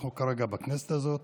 אנחנו כרגע בכנסת הזאת.